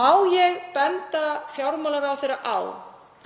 Má ég benda fjármálaráðherra á